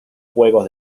juegos